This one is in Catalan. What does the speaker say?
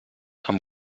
amb